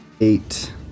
Eight